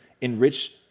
enrich